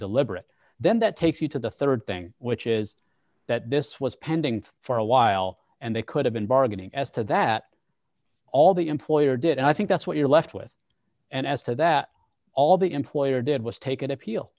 deliberate then that takes you to the rd thing which is that this was pending for a while and they could have been bargaining as to that all the employer did and i think that's what you're left with and as to that all the employer did was take